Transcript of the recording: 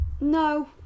No